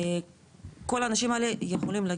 כל האנשים האלה יכולים,